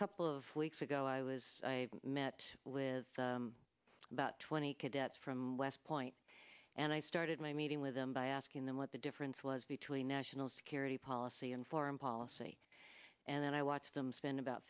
couple of weeks ago i was i met with about twenty cadets from west point and i started my meeting with them by asking them what the difference was between national security policy and foreign policy and then i watched them spend about